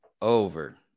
over